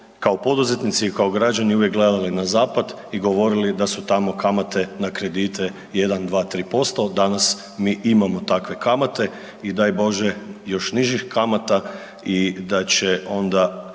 kao poduzetnici i kao građani uvijek gledali na zapad i govorili da su tamo kamate na kredite 1, 2, 3%, danas mi imamo takve kamate i daj Bože još nižih kamata i da će onda,